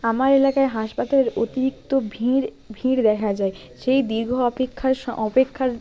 আমার এলাকায় হাসপাতাল অতিরিক্ত ভিড় ভিড় দেখা যায় সেই দীর্ঘ অপেক্ষার অপেক্ষার